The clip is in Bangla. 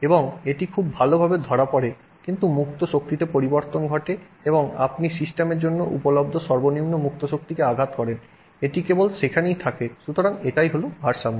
এবং এটি খুব ভালভাবে ধরা পরে কিন্তু মুক্ত শক্তিতে পরিবর্তন ঘটে এবং আপনি সিস্টেমের জন্য উপলব্ধ সর্বনিম্ন মুক্ত শক্তিকে আঘাত করেন এটি কেবল সেখানেই থাকে সুতরাং এটাই হলো ভারসাম্য